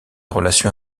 relation